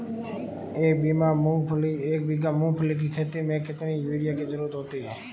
एक बीघा मूंगफली की खेती में कितनी यूरिया की ज़रुरत होती है?